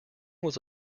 was